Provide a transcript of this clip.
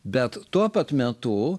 bet tuo pat metu